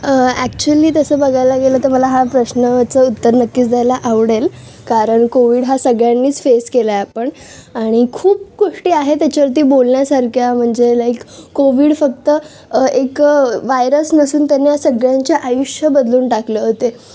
actually तसं बघायला गेलं तर मला हा प्रश्नाचं उत्तर नक्कीच द्यायला आवडेल कारण कोविड हा सगळ्यांनीच फेस केला आहे आपण आणि खूप गोष्टी आहेत त्याच्यावरती बोलण्यासारख्या म्हणजे लाईक कोविड फक्त एक व्हायरस नसून त्याने या सगळ्यांचे आयुष्य बदलून टाकलं होते